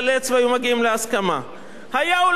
היה עולה על הדוכן הזה בפתיחת הדיון,